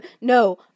no